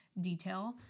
detail